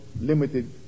limited